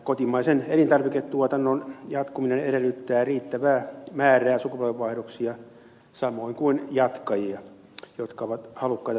kotimaisen elintarviketuotannon jatkuminen edellyttää riittävää määrää sukupolvenvaihdoksia samoin kuin jatkajia jotka ovat halukkaita tekemään investointeja